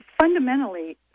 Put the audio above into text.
fundamentally